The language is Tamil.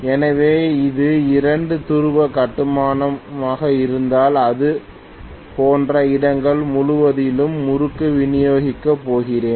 எனவே இது இரண்டு துருவ கட்டுமானமாக இருந்தால் இது போன்ற இடங்கள் முழுவதிலும் முறுக்கு விநியோகிக்கப் போகிறேன்